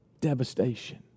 devastation